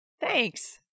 Thanks